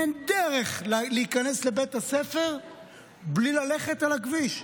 אין דרך להיכנס לבית הספר בלי ללכת על הכביש.